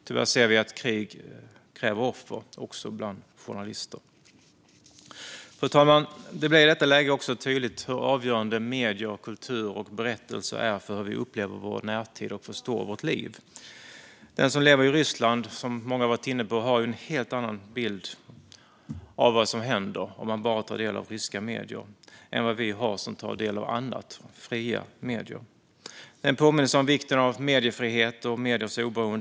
Tyvärr ser vi att krig kräver offer också bland journalister. Fru talman! Det blir i detta läge också tydligt hur avgörande medier, kultur och berättelser är för hur vi upplever vår samtid och förstår vårt liv. Den som lever i Ryssland och bara tar del av ryska medier har, som många har varit inne på, en helt annan bild av vad som händer än vad vi har som tar del av andra, fria medier. Det är en påminnelse om vikten av mediefrihet och mediers oberoende.